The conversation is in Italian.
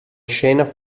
scena